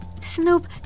Snoop